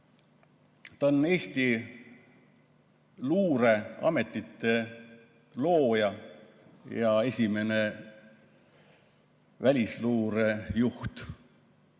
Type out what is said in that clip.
Ta on Eesti luureametite looja ja esimene välisluure juht.